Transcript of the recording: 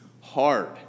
hard